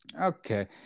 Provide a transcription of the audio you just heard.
okay